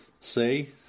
See